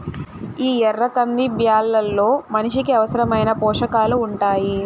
ఈ ఎర్ర కంది బ్యాళ్ళలో మనిషికి అవసరమైన పోషకాలు ఉంటాయి